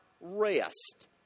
rest